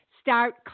Start